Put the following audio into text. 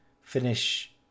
finish